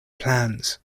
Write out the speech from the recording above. plans